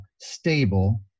stable